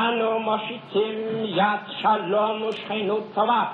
אנו מושיטים יד שלום ושכנות טובה